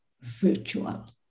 virtual